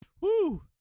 Woo